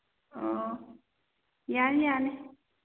ꯑꯣ ꯌꯥꯅꯤ ꯌꯥꯅꯤ